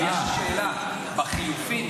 יש לי שאלה: בחילופים,